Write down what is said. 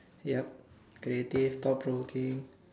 ya creative proper looking